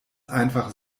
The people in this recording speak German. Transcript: einfach